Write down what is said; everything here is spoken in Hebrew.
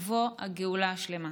ובוא הגאולה השלמה.